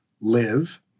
live